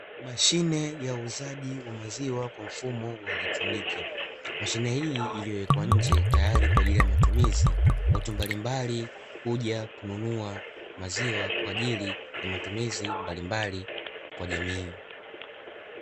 Mashine ya uuzaji wa maziwa kwa mfumo wa electroniki mashine hii iliyowekwa nje tayari kwa ajili ya matumizi, watu mbalimbali huja kununua maziwa kwa ajili ya matumizi mbalimbali kwa jamii.